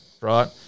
right